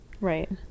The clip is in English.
Right